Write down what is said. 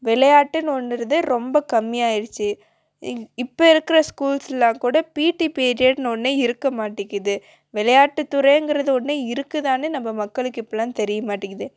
விளையாட்டுன் ஒன்னுருது ரொம்ப கம்மியாகிருச்சு இப்போ இருக்கிற ஸ்கூல்ஸ்லாம் கூட பிடி பீரியட்னு ஒன்னே இருக்க மாட்டிக்கிது விளையாட்டுத்துறையிங்கிறது ஒன்னே இருக்குது தானே நம்ம மக்களுக்கு இப்பொலாம் தெரிய மாட்டிக்குது